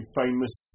famous